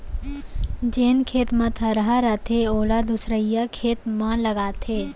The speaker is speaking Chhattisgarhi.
जेन खेत म थरहा रथे ओला दूसरइया खेत मन म लगाथें